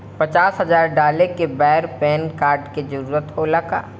पचास हजार डाले के बेर पैन कार्ड के जरूरत होला का?